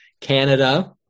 Canada